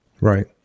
Right